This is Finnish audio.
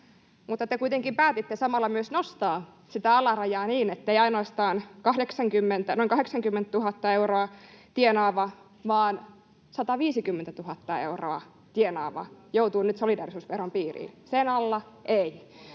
mutta te kuitenkin päätitte samalla myös nostaa sitä alarajaa niin, ettei ainoastaan noin 80 000 euroa tienaava vaan 150 000 euroa tienaava joutuu nyt solidaarisuusveron piiriin, sen alle ei.